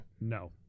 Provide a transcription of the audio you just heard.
no